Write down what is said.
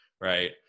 right